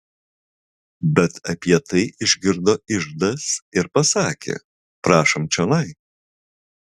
bet apie tai išgirdo iždas ir pasakė prašom čionai